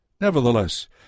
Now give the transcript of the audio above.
Nevertheless